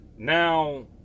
Now